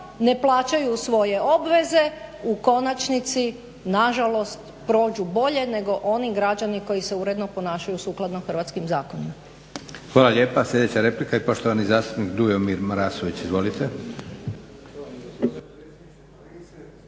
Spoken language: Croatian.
ne plaćaju svoje obveze, u konačnici nažalost prođu bolje nego oni građani koji se uredno ponašaju sukladno hrvatskim zakonima.